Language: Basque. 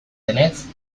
denetz